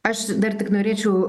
aš dar tik norėčiau